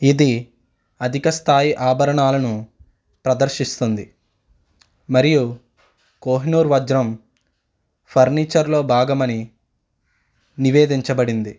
ఇది అధిక స్థాయి ఆభరణాలను ప్రదర్శిస్తుంది మరియు కోహినూర్ వజ్రం ఫర్నీచర్లో భాగమని నివేదించబడింది